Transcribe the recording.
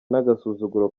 n’agasuzuguro